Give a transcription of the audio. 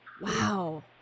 Wow